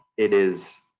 it is